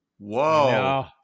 Whoa